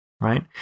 right